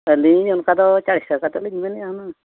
ᱟᱹᱞᱤᱧ ᱚᱱᱠᱟᱫᱚ ᱪᱟᱨᱥᱚ ᱠᱟᱛᱮᱫᱞᱤᱧ ᱢᱮᱱᱮᱫᱼᱟ ᱦᱩᱱᱟᱹᱝ